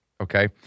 okay